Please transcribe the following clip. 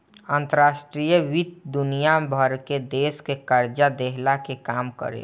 अंतर्राष्ट्रीय वित्त दुनिया भर के देस के कर्जा देहला के काम करेला